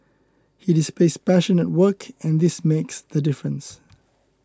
he displays passion at work and this makes the difference